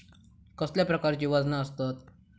कसल्या प्रकारची वजना आसतत?